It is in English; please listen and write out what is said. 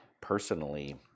personally